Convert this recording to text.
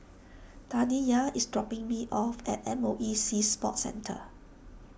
Taniyah is dropping me off at M O E Sea Sports Centre